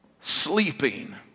sleeping